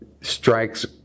strikes